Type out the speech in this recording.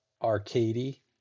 arcady